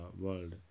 world